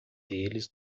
deles